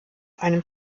einem